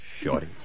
shorty